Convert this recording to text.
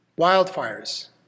wildfires